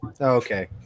Okay